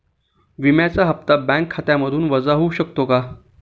विम्याचा हप्ता बँक खात्यामधून वजा होऊ शकतो का?